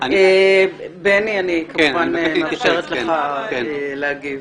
בני, אני כמובן מאפשרת לך להגיב.